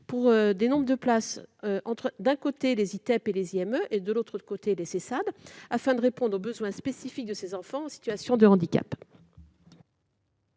du nombre de places entre, d'un côté, les ITEP et les IME, et, de l'autre, les Sessad, afin de répondre aux besoins spécifiques des enfants en situation de handicap.